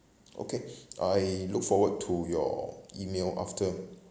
okay I look forward to your email after